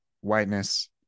whiteness